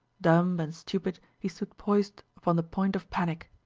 dumb and stupid he stood poised upon the point of panic.